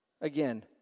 again